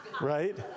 right